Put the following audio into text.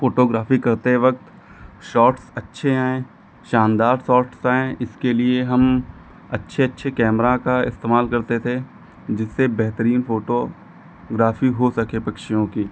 photography करते वक्त shots अच्छे आएं शानदार सोट्स आएं इसके लिए हम अच्छे अच्छे कैमरा का इस्तेमाल करते थे जिससे बेहतरीन फ़ोटोग्राफी हो सके पक्षियों की